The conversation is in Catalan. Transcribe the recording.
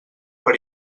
per